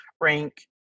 rank